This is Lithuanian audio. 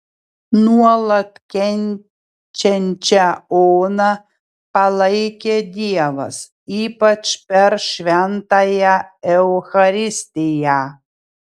nuolat kenčiančią oną palaikė dievas ypač per šventąją eucharistiją